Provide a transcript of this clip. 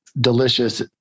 delicious